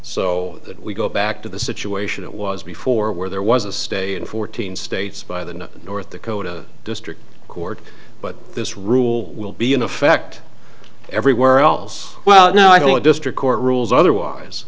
so we go back to the situation it was before where there was a state in fourteen states by the north dakota district court but this rule will be in effect everywhere else well no i don't know a district court rules otherwise